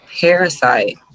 parasite